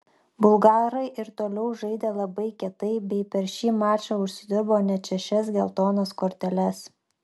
bulgarai ir toliau žaidė labai kietai bei per šį mačą užsidirbo net šešias geltonas korteles